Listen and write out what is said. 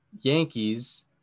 Yankees